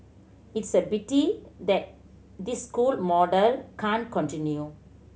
it's a pity that this school model can't continue